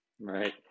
Right